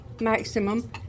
maximum